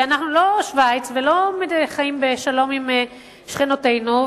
אנחנו לא שווייץ ולא חיים בשלום עם שכנותינו,